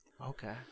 Okay